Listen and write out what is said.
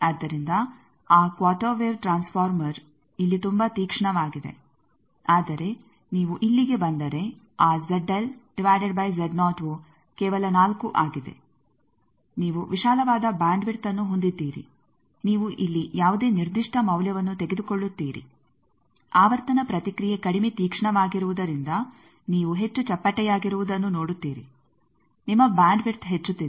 ಆದ್ದರಿಂದ ಆ quarter wave transformer ಇಲ್ಲಿ ತುಂಬಾ ತೀಕ್ಷ್ಣವಾಗಿದೆ ಆದರೆ ನೀವು ಇಲ್ಲಿಗೆ ಬಂದರೆ ಆ ವು ಕೇವಲ ನಾಲ್ಕು ಆಗಿದೆ ನೀವು ವಿಶಾಲವಾದ ಬ್ಯಾಂಡ್ ವಿಡ್ತ್ ಅನ್ನು ಹೊಂದಿದ್ದೀರಿ ನೀವು ಇಲ್ಲಿ ಯಾವುದೇ ನಿರ್ದಿಷ್ಟ ಮೌಲ್ಯವನ್ನು ತೆಗೆದುಕೊಳ್ಳುತ್ತೀರಿ ಆವರ್ತನ ಪ್ರತಿಕ್ರಿಯೆ ಕಡಿಮೆ ತೀಕ್ಷ್ಣವಾಗಿರುವುದರಿಂದ ನೀವು ಹೆಚ್ಚು ಚಪ್ಪಟೆಯಾಗಿರುವುದನ್ನು ನೋಡುತ್ತೀರಿ ನಿಮ್ಮ ಬ್ಯಾಂಡ್ ವಿಡ್ತ್ ಹೆಚ್ಚುತ್ತಿದೆ